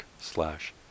slash